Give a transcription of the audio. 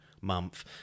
month